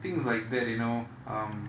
things like that you know um